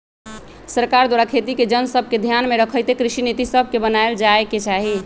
सरकार द्वारा खेती के जन सभके ध्यान में रखइते कृषि नीति सभके बनाएल जाय के चाही